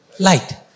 Light